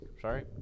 sorry